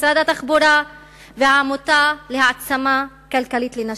משרד התחבורה ו"העמותה להעצמה כלכלית לנשים".